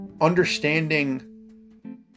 Understanding